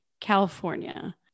california